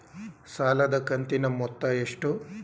ಸಾಲದ ಕಂತಿನ ಮೊತ್ತ ಎಷ್ಟು?